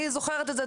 אני זוכרת את זה,